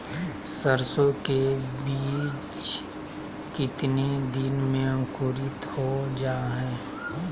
सरसो के बीज कितने दिन में अंकुरीत हो जा हाय?